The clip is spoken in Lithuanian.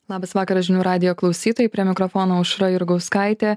labas vakaras žinių radijo klausytojai prie mikrofono aušra jurgauskaitė